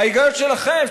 היגיון שלכם,